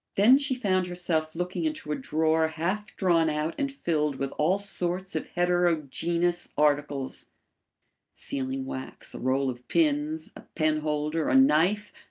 then she found herself looking into a drawer half drawn out and filled with all sorts of heterogeneous articles sealing-wax, a roll of pins, a pen-holder, a knife